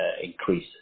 increase